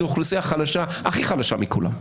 זו האוכלוסייה הכי חלשה מכולם,